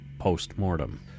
post-mortem